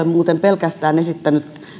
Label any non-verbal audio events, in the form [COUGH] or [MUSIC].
[UNINTELLIGIBLE] muuten esittäneet pelkästään